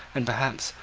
and perhaps,